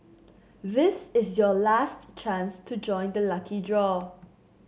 this is your last chance to join the lucky draw